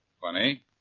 Funny